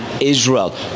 Israel